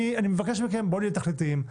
אני מבקש מכם, בואו נהיה תכליתיים.